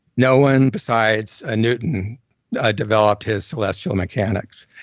no one besides ah newton ah developed his celestial mechanics,